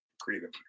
creative